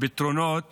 פתרונות